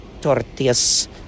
tortillas